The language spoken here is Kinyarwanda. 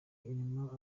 irimo